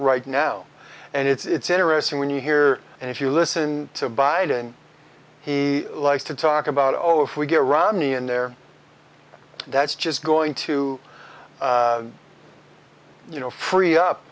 right now and it's interesting when you hear and if you listen to biden he likes to talk about oh if we get romney in there that's just going to you know free up